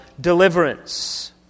deliverance